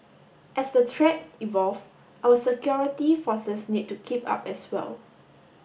as the threat evolve our security forces need to keep up as well